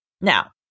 Now